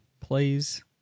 please